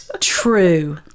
True